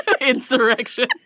insurrection